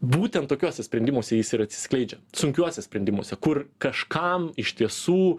būtent tokiuose sprendimuose jis ir atsiskleidžia sunkiuose sprendimuose kur kažkam iš tiesų